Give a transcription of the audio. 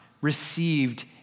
received